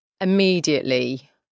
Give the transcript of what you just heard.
immediately